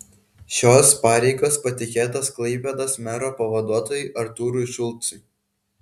šios pareigos patikėtos klaipėdos mero pavaduotojui artūrui šulcui